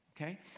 Okay